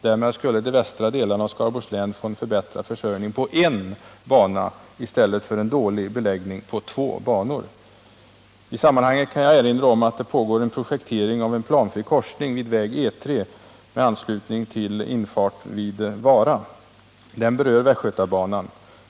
Därmed skulle de västra delarna av Skaraborgs län få en förbättrad försörjning åtminstone på en bana i stället för en dålig beläggning på två banor. I sammanhanget kan jag erinra om att det pågår en projektering av en planfri korsning vid väg E 3 med anslutning till infart vid Vara. Denna berör västgötabanan.